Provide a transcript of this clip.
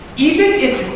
even if